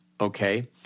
Okay